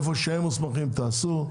איפה שהם מוסמכים, תעשו.